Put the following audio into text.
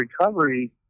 recovery